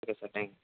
okay sir thank you